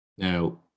Now